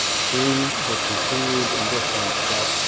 seeing the continued indifference that